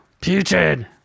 putrid